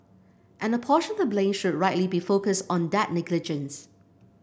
and a portion of the blame should rightly be focused on that negligence